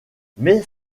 mais